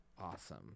awesome